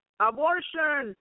Abortion